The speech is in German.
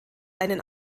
einen